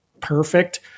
perfect